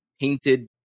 painted